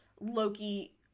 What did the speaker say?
Loki